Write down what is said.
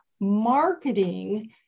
marketing